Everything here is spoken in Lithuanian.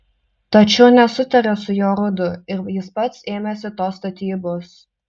tačiau nesutarė su jorudu ir jis pats ėmėsi tos statybos